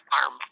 farm